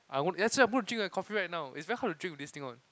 I'm actually gonna drink my coffee right now it's very hard to drink with this thing on